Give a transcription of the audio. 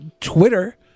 Twitter